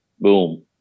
boom